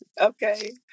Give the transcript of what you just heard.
Okay